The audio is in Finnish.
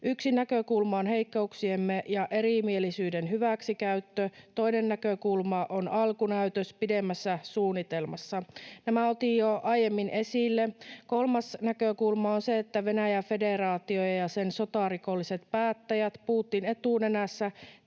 Yksi näkökulma on heikkouksiemme ja erimielisyyden hyväksikäyttö. Toinen näkökulma on alkunäytös pidemmässä suunnitelmassa. Nämä otin jo aiemmin esille. Kolmas näkökulma on se, että Venäjän federaatio ja sen sotarikolliset päättäjät, Putin etunenässä,